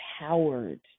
empowered